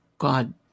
God